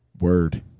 Word